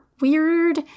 weird